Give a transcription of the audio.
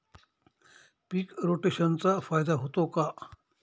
पीक रोटेशनचा फायदा होतो का?